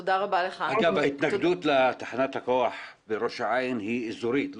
ההתנגדות לתחנת הכוח בראש העין היא אזורית.